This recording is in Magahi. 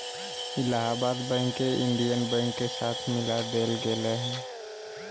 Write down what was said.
इलाहाबाद बैंक के इंडियन बैंक के साथ मिला देल गेले